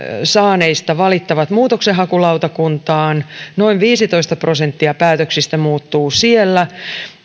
saaneista valittaa muutoksenhakulautakuntaan noin viisitoista prosenttia päätöksistä muuttuu siellä